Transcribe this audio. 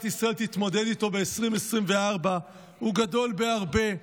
ישראל תתמודד איתו ב-2024 הוא גדול בהרבה.